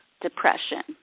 depression